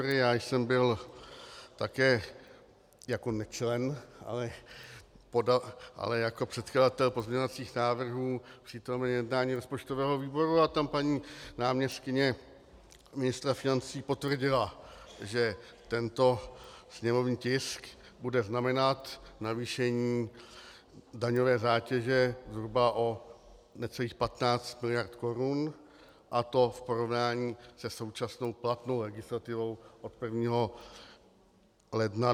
Já jsem byl také jako nečlen, ale jako předkladatel pozměňovacích návrhů přítomen jednání rozpočtového výboru a tam paní náměstkyně ministra financí potvrdila, že tento sněmovní tisk bude znamenat navýšení daňové zátěže zhruba o necelých 15 mld. korun, a to v porovnání se současnou platnou legislativou od 1. ledna 2015.